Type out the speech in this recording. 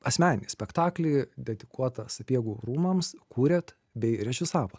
asmeninį spektaklį dedikuotą sapiegų rūmams kūrėt bei režisavot